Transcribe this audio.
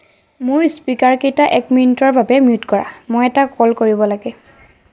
মোৰ স্পিকাৰকেইটা এক মিনিটৰ বাবে মিউট কৰা মই এটা কল কৰিব লাগে